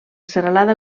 serralada